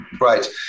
Right